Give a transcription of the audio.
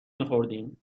میخوردیم